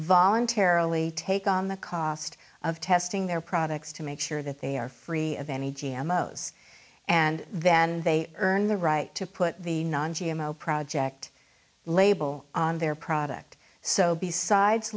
voluntarily take on the cost of testing their products to make sure that they are free of any g m o those and then they earn the right to put the non g m o project label on their product so besides